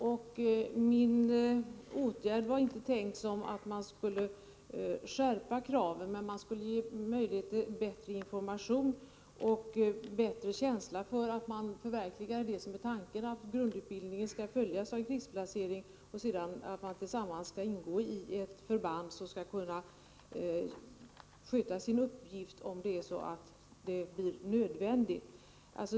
Den åtgärd jag föreslog var inte tänkt att åstadkomma en skärpning av kraven, men det skulle ge möjlighet till bättre information och bättre känsla för att man förverkligar det som är tanken, nämligen att grundutbildningen skall följas av en krigsplacering och att man sedan tillsammans skall ingå i ett förband som skall kunna sköta sin uppgift, om det blir nödvändigt.